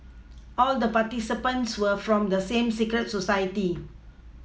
all the participants were from the same secret society